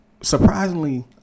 surprisingly